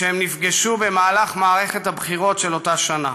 כשהם נפגשו תוך כדי מערכת הבחירות של בריטניה.